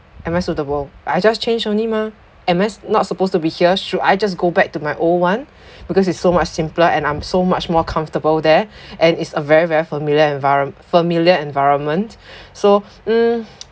am I suitable I just change only mah am I not supposed to be here should I just go back to my old one because it's so much simpler and I'm so much more comfortable there and it's a very very familiar environ~ familiar environment so mm